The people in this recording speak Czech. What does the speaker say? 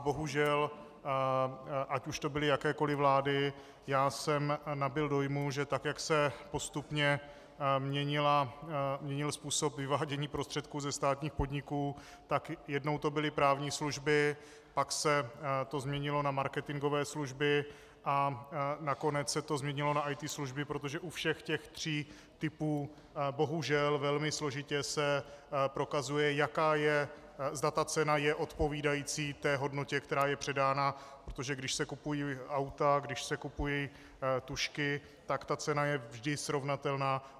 Bohužel, ať už to byly jakékoli vlády, já jsem nabyl dojmu, že tak jak se postupně měnil způsob vyvádění prostředků ze státních podniků, tak jednou to byly právní služby, pak se to změnilo na marketingové služby a nakonec se to změnilo na IT služby, protože u všech těch tří typů bohužel velmi složitě se prokazuje, zda cena je odpovídající té hodnotě, která je předána, protože když se kupují auta, když se kupují tužky, tak ta cena je vždy srovnatelná.